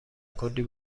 کلی